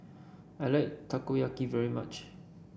I like Takoyaki very much